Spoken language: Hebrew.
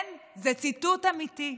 כן, זה ציטוט אמיתי.